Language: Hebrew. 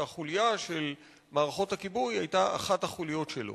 שהחוליה של מערכות הכיבוי היתה אחת החוליות שלו.